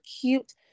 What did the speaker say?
cute